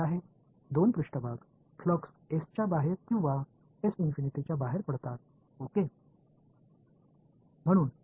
இரண்டு மேற்பரப்பு ஃப்ளக்ஸ்கள் S வெளிப்புற வழியாக அல்லது வெளிப்புற வழியாக கசியலாம்